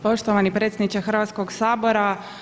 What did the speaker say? Poštovani predsjedniče Hrvatskog sabora.